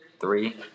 Three